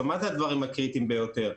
מה זה הדברים הקריטיים ביותר?